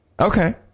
Okay